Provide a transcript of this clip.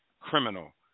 Criminal